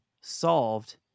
solved